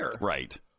Right